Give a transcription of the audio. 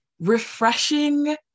refreshing